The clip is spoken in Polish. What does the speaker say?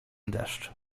deszcz